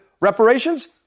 reparations